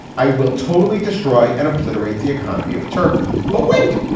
i will totally destroy and obliterate the economy of turkey. but wait